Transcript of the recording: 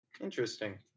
Interesting